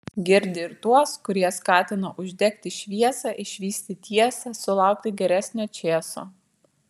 girdi ir tuos kurie skatino uždegti šviesą išvysti tiesą sulaukti geresnio čėso